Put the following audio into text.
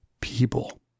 people